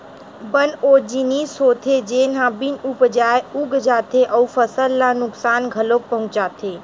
बन ओ जिनिस होथे जेन ह बिन उपजाए उग जाथे अउ फसल ल नुकसान घलोक पहुचाथे